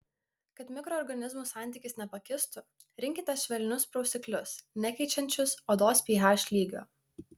kad mikroorganizmų santykis nepakistų rinkitės švelnius prausiklius nekeičiančius odos ph lygio